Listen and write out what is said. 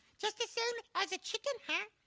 just the same as a chicken huh?